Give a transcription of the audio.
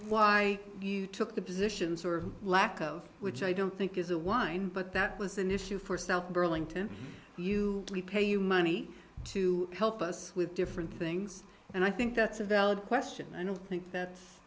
why you took the positions or lack of which i don't think is a wine but that was an issue for south burlington you pay you money to help us with different things and i think that's a valid question and i don't think that